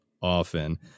often